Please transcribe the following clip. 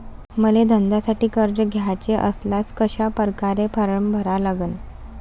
मले धंद्यासाठी कर्ज घ्याचे असल्यास कशा परकारे फारम भरा लागन?